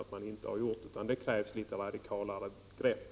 Jag har inte den uppfattningen, utan det krävs litet radikalare grepp.